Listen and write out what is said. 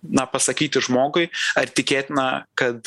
na pasakyti žmogui ar tikėtina kad